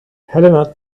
helena